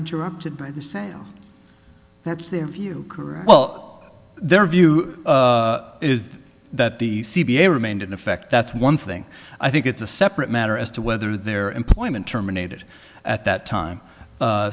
interrupted by the say that's their view well their view is that the c p a remained in effect that's one thing i think it's a separate matter as to whether their employment terminated at that time